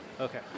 Okay